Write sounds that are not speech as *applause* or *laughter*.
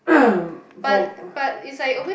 *coughs* from *breath*